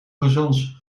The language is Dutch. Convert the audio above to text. croissants